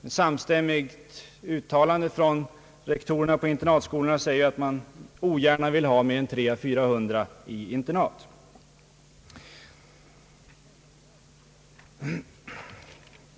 Ett samstämmigt uttalande från rektorerna på internatskolorna säger, att man ogärna vill ha mer än 300—400 elever i ett internai.